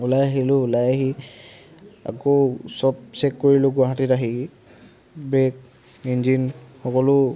ওলাই আহিলোঁ ওলাই আহি আকৌ চব চেক কৰিলোঁ গুৱাহাটীত আহি ব্ৰেক ইঞ্জিন সকলো